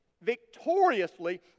victoriously